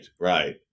right